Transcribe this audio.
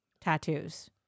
tattoos